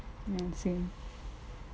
ya same